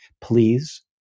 Please